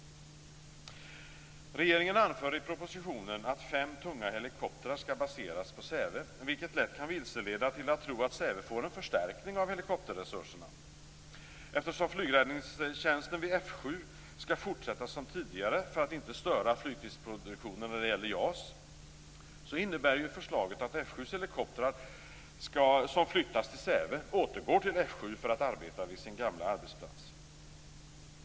Regeringen anför i propositionen att fem tunga helikoptrar skall baseras på Säve, vilket lätt kan vilseleda till att tro att Säve får en förstärkning av helikopterresurserna. Eftersom flygräddningstjänsten vid F 7 skall fortsätta som tidigare för att inte störa flygtidsproduktionen när det gäller JAS innebär förslaget att för att arbeta vid sin gamla arbetsplats!